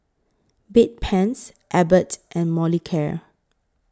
Bedpans Abbott and Molicare